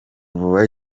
vuba